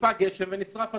טיפה גשם ונשרפו הדברים.